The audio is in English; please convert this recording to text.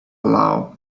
aloud